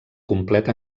complet